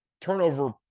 turnover